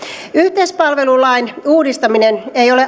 yhteispalvelulain uudistaminen